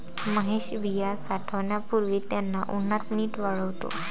महेश बिया साठवण्यापूर्वी त्यांना उन्हात नीट वाळवतो